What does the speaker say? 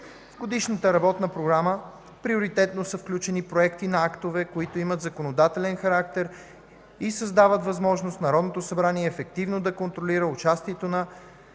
- годишната работна програма приоритетно са включени проекти на актове, които имат законодателен характер и създават възможност Народното събрание ефективно да контролира участието на